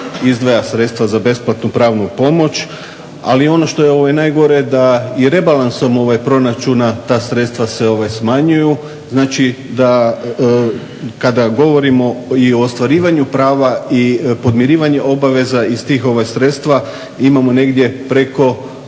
izdvaja sredstva za besplatnu pravnu pomoć. Ali ono što je najgore da i rebalansom proračuna ta sredstva se smanjuju. Znači da kada govorimo i o ostvarivanju prava i podmirivanje obaveza iz tih sredstva imamo negdje preko